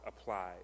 applied